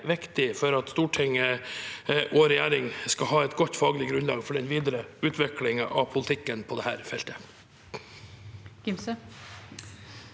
er viktig for at storting og regjering skal ha et godt faglig grunnlag for den videre utviklingen av politikken på dette feltet.